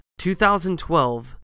2012